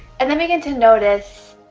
and then, we get to notice?